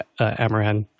Amaran